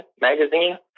magazine